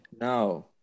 No